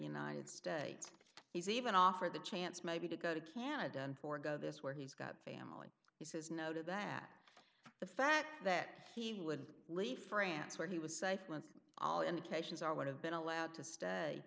united states he's even offered the chance maybe to go to canada and forego this where he's got family he says no to that the fact that he would leave france where he was safe once all indications are would have been allowed to stay